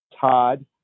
Todd